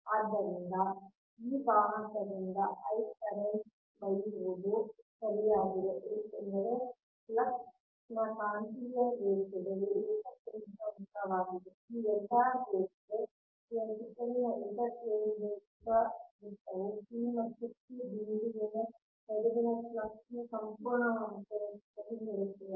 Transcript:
ಆದ್ದರಿಂದ ಈ ವಾಹಕದಿಂದ I ಕರೆಂಟ್ ಒಯ್ಯುವುದು ಸರಿಯಾಗಿದೆ ಏಕೆಂದರೆ ಫ್ಲಕ್ಸ್ ನ ಕಾಂತೀಯ ರೇಖೆಗಳು ಏಕಕೇಂದ್ರಕ ವೃತ್ತವಾಗಿದೆ ಈ ಎಲ್ಲಾ ರೇಖೆ ಸಮಯವನ್ನು ನೋಡಿ 2412 ಇದರ ಸುತ್ತಲಿನ ಏಕಕೇಂದ್ರಕ ವೃತ್ತವು p ಮತ್ತು q ಬಿಂದುಗಳ ನಡುವಿನ ಫ್ಲಕ್ಸ್ ನ ಸಂಪೂರ್ಣ ವಾಹಕದ ಸುತ್ತಲೂ ಹೇಳುತ್ತದೆ